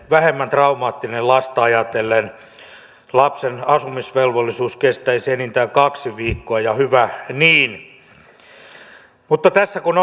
vähemmän traumaattinen lasta ajatellen lapsen asumisvelvollisuus kestäisi enintään kaksi viikkoa ja hyvä niin mutta tässä kun